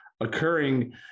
occurring